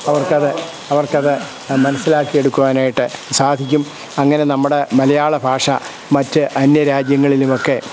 അവർക്ക് അത് അവർക്ക് അത് മനസ്സിലാക്കിയെടുക്കുവാനായിട്ട് സാധിക്കും അങ്ങനെ നമ്മുടെ മലയാള ഭാഷ മറ്റ് അന്യരാജ്യങ്ങളിലുമൊക്കെ